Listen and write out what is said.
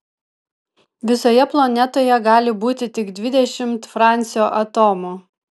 visoje planetoje gali būti tik dvidešimt francio atomų